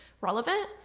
relevant